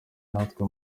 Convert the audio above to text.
natwe